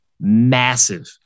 massive